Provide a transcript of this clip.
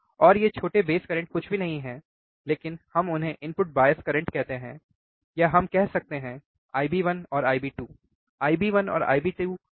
और ये छोटे बेस करंट कुछ भी नहीं हैं लेकिन हम उन्हें इनपुट बायस करंट कहते हैं या हम कह सकते हैं IB1और IB2 IB1 और IB2 क्यों